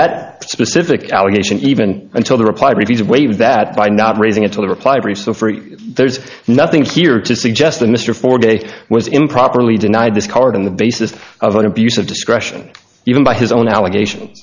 that specific allegation even until the reply repeated waves that by not raising it to the reply brief so free there's nothing here to suggest that mr four day was improperly denied this card on the basis of an abuse of discretion even by his own allegation